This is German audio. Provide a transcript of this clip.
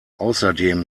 außerdem